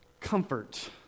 comfort